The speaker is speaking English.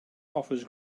offers